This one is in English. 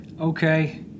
Okay